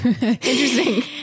Interesting